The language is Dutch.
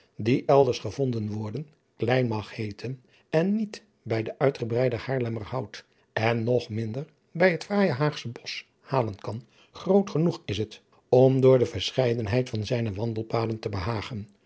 die elders gevonden worden klein mag heeten en niet bij den uitgebreider haarlemmer hout en nog minder bij het fraaije haagsche bosch halen kan groot genoeg is het om door de verscheidenheid van zijne wandelpaden te behagen